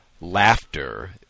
laughter